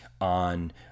on